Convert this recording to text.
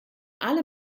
alle